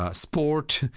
ah sport,